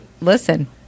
listen